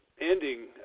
ending